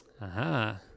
Aha